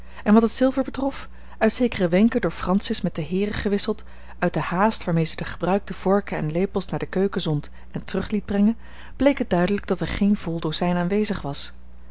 en wat het zilver betrof uit zekere wenken door francis met de heeren gewisseld uit de haast waarmee ze de gebruikte vorken en lepels naar de keuken zond en terug liet brengen bleek het duidelijk dat er geen vol dozijn aanwezig was